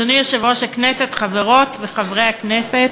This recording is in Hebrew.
אדוני יושב-ראש הכנסת, חברות וחברי הכנסת,